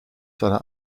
seiner